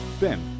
Ben